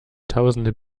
tausende